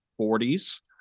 40s